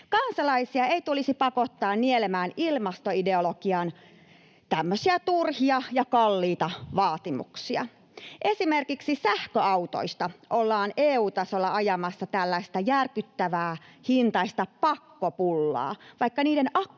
Kansalaisia ei tulisi pakottaa nielemään ilmastoideologian tämmöisiä turhia ja kalliita vaatimuksia. Esimerkiksi sähköautoista ollaan EU-tasolla ajamassa tällaista järkyttävän hintaista pakkopullaa, vaikka niiden akkujen